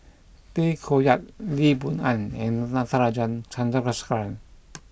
Tay Koh Yat Lee Boon Ngan and Natarajan Chandrasekaran